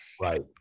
Right